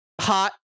hot